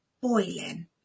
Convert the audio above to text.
boiling